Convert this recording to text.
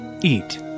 eat